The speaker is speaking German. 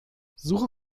suche